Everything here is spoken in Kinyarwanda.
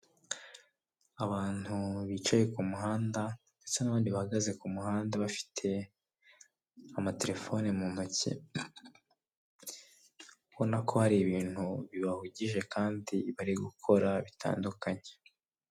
Abantu bicaye ku muhanda, ndetse n'abandi bahagaze ku muhanda bafite amatelefone mu ntoki; ubona ko hari ibintu bibahugije kandi bari gukora bitandukanye.